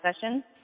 session